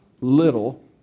little